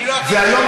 אני לא אטיף, היום,